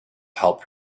help